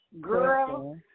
girl